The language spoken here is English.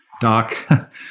doc